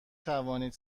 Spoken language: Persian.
توانید